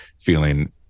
feeling